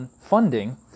funding